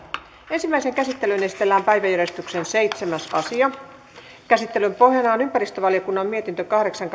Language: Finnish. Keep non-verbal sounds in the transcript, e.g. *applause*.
ensimmäiseen käsittelyyn esitellään päiväjärjestyksen seitsemäs asia käsittelyn pohjana on ympäristövaliokunnan mietintö kahdeksan *unintelligible*